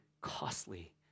costly